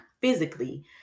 physically